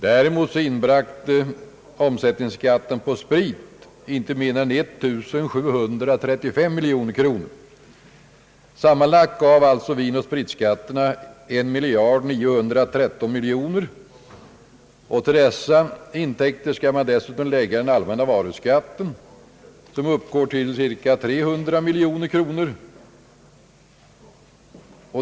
Däremot inbragte skatten på sprit inte mindre än 1735 miljoner kronor. Sammanlagt gav alltså vinoch spritskatterna 1 913 miljoner. Till dessa intäkter kan man dessutom lägga den allmänna varuskatten, som uppgår till cirka 300 miljoner kronor.